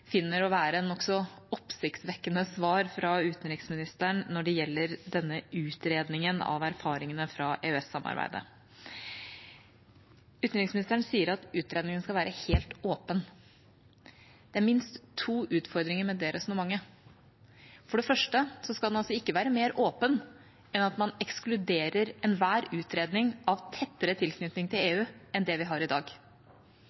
finner å være nokså oppsiktsvekkende svar fra utenriksministeren når det gjelder denne utredningen av erfaringene fra EØS-samarbeidet. Utenriksministeren sier at utredningen skal være helt åpen. Det er minst to utfordringer med det resonnementet. For det første skal den altså ikke være mer åpen enn at man ekskluderer enhver utredning av tettere tilknytning til